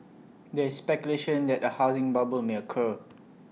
there is speculation that A housing bubble may occur